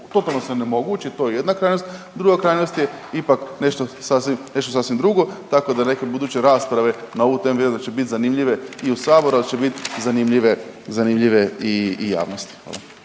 totalno se onemogući, to je jedna krajnost, druga krajnost je ipak nešto sasvim drugo, tako da neke buduće rasprave na ovu temu i onda će biti zanimljive i u Saboru, ali će biti zanimljive i javnosti.